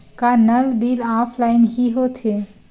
का नल bill offline हि होथे?